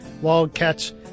Wildcats